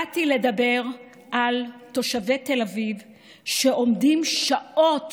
באתי לדבר על תושבי תל אביב שעומדים שעות